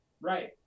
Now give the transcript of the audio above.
Right